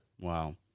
Wow